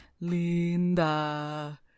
Linda